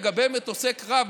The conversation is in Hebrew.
לגבי מטוסי קרב,